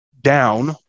down